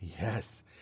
Yes